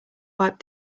wipe